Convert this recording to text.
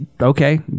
okay